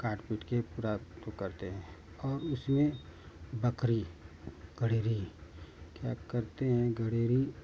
काट पीट के पूरा तो करते हैं और उसमें बकरी गरेरी क्या करते हैं गरेरी